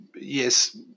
yes